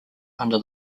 under